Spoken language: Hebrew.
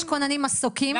יש כוננים מסוקים,